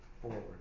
forward